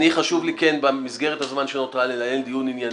חשוב לי במסגרת הזמן שנותר לי לנהל דיון ענייני.